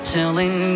Telling